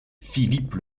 philippe